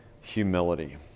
humility